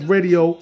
Radio